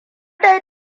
dai